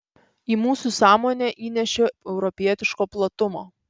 į mūsų sąmonę įnešė europietiško platumo